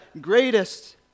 greatest